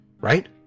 Right